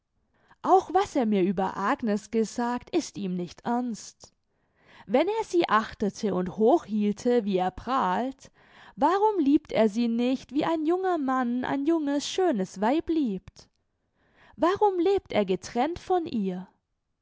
auch was er mir über agnes gesagt ist ihm nicht ernst wenn er sie achtete und hoch hielte wie er prahlt warum liebt er sie nicht wie ein junger mann ein junges schönes weib liebt warum lebt er getrennt von ihr